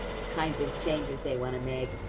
kind of changes they want to make,